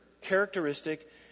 characteristic